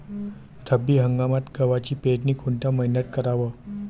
रब्बी हंगामात गव्हाची पेरनी कोनत्या मईन्यात कराव?